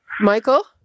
Michael